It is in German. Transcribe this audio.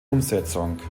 umsetzung